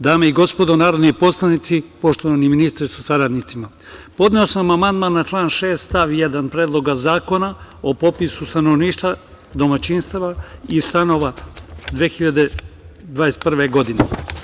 Dame i gospodo narodni poslanici, poštovani ministre sa saradnicima, podneo sam amandman na član 6. stav 1. Predloga zakona o popisu stanovništva, domaćinstava i stanova 2021. godine.